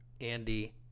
Andy